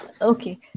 Okay